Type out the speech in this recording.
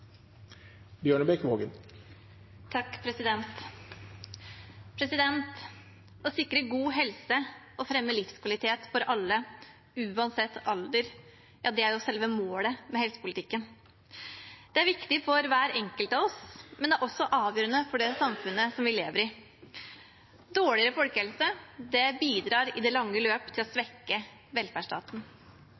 til sak nr. 7. Å sikre god helse og fremme livskvalitet for alle uansett alder er selve målet med helsepolitikken. Det er viktig for hver enkelt av oss, men det er også avgjørende for det samfunnet vi lever i. Dårligere folkehelse bidrar i det lange løp til å svekke velferdsstaten.